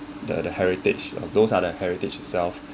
the the heritage of those are their heritage itself